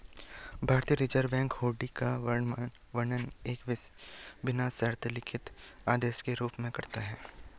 भारतीय Reserve Bank hundi का वर्णन एक बिना शर्त लिखित आदेश के रूप में करता है